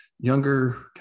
younger